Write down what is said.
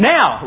Now